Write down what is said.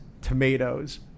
tomatoes